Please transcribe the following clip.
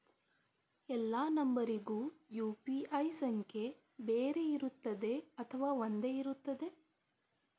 ಎಲ್ಲಾ ನಂಬರಿಗೂ ಯು.ಪಿ.ಐ ಸಂಖ್ಯೆ ಬೇರೆ ಇರುತ್ತದೆ ಅಥವಾ ಒಂದೇ ಇರುತ್ತದೆ?